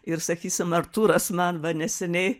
ir sakysim artūras man va neseniai